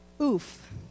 Oof